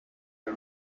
the